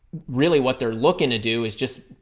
really what they're looking to do is just,